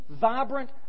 vibrant